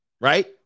Right